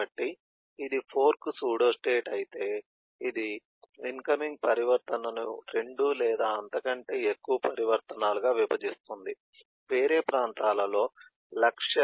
కాబట్టి ఇది fork pseudostate అయితే ఇది ఇన్కమింగ్ పరివర్తనను 2 లేదా అంతకంటే ఎక్కువ పరివర్తనాలుగా విభజిస్తుంది వేరే ప్రాంతాలలో లక్ష్య వర్టెక్స్ ల పై ముగుస్తుంది